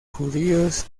judíos